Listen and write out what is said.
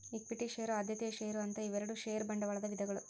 equity share ಆದ್ಯತೆಯ share ಅಂತ ಇವೆರಡು ಷೇರ ಬಂಡವಾಳದ ವಿಧಗಳು